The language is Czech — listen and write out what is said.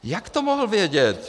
Jak to mohl vědět?